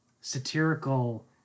satirical